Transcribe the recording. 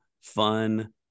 fun